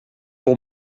pour